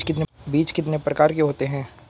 बीज कितने प्रकार के होते हैं?